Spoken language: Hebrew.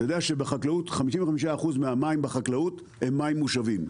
אתה יודע ש-55% מהמים בחקלאות הם מים מושבים.